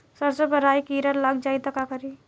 सरसो पर राही किरा लाग जाई त का करी?